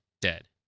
dead